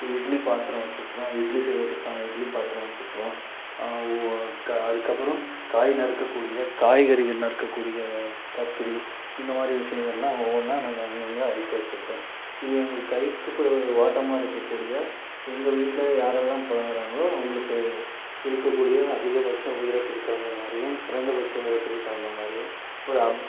இப்போ இட்லி பாத்திரம் வச்சிருக்கறோம் இட்லி செய்வதற்கான இட்லி பாத்திரம் வச்சிருக்கறோம் கா அதுக்கப்பறம் காய் நறுக்கக்கூடிய காய்கறிகள் நறுக்கக்கூடிய கத்திரி இந்த மாதிரி விஷயங்கள்லாம் ஒவ்வொன்றா நாங்கள் அங்கங்கே அடுக்கி வச்சிருக்கோம் இது எங்கள் கைக்கு இப்போ வாட்டமாக இருக்கக்கூடிய எங்கள் வீட்டில யாரெல்லாம் புலங்குறாங்களோ அவங்களுக்கு இருக்கக்கூடிய அதிகப்பட்ச உயரத்துக்கு தகுந்த மாதிரியும் குறைந்தப்பட்சம் உயரத்துக்கு தகுந்த மாதிரியும் ஒரு அப்